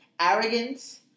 Arrogance